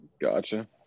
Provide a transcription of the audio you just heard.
Gotcha